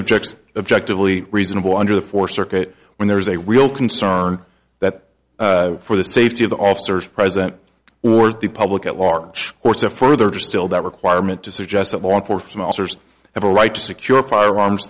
objects objective only reasonable under the fore circuit when there is a real concern that for the safety of the officers present ward the public at large or to further still that requirement to suggest that law enforcement officers have a right to secure firearms